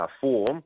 form